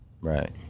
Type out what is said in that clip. right